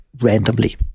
randomly